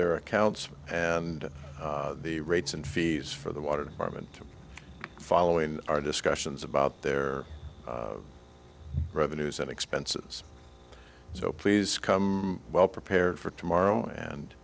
their accounts and the rates and fees for the water arm and following our discussions about their revenues and expenses so please come well prepared for tomorrow and